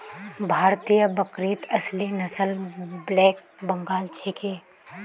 भारतीय बकरीत असली नस्ल ब्लैक बंगाल छिके